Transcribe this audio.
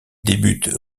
débute